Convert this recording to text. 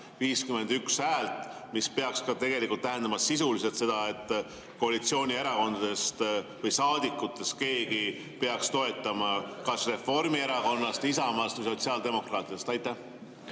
51 häält? Ehk see peaks ka tegelikult tähendama sisuliselt seda, et koalitsioonierakondade saadikutest peaks keegi [eelnõu] toetama, kas Reformierakonnast, Isamaast või sotsiaaldemokraatidest. Aitäh,